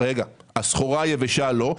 הסחורה היבשה לא,